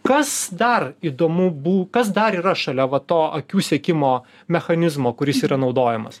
kas dar įdomu bū kas dar yra šalia to akių sekimo mechanizmo kuris yra naudojamas